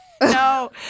No